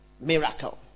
miracle